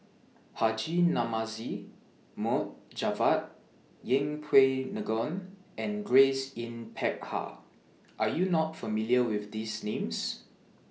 Haji Namazie Mohd Javad Yeng Pway Ngon and Grace Yin Peck Ha Are YOU not familiar with These Names